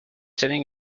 sitting